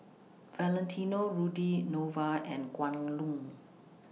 Valentino Rudy Nova and Kwan Loong